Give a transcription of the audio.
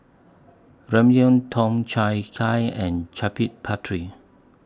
Ramyeon Tom Kha Gai and Chaat Papri